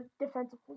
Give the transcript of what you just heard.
defensive